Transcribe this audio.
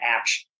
action